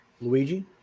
Luigi